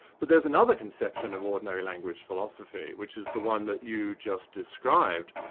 but there's another conception of ordinary language philosophy, which is the one that you just described,